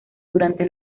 durante